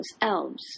elves